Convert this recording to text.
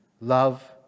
love